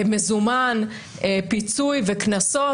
מזומן, פיצוי וקנסות.